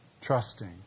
trusting